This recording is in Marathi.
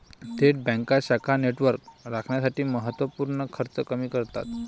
थेट बँका शाखा नेटवर्क राखण्यासाठी महत्त्व पूर्ण खर्च कमी करतात